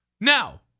Now